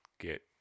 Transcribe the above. get